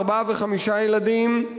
ארבעה וחמישה ילדים,